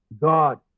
God